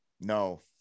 No